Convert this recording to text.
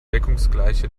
deckungsgleiche